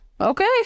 okay